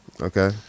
Okay